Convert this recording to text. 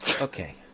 Okay